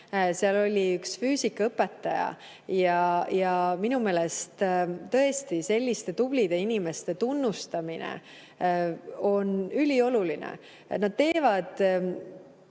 seal oli üks füüsikaõpetaja. Minu meelest selliste tublide inimeste tunnustamine on ülioluline. Nad teevad